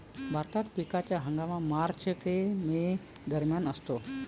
भारतात पिकाचा हंगाम मार्च ते मे दरम्यान असतो